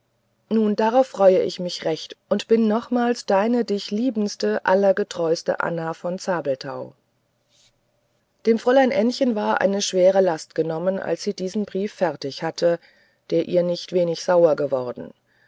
nun darauf freue ich mich recht und bin nochmals deine dich liebendste allergetreueste anna von zabelthau dem fräulein ännchen war eine schwere last entnommen als sie diesen brief fertig hatte der ihr nicht wenig sauer geworden